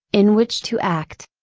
in which to act.